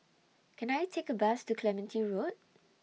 Can I Take A Bus to Clementi Road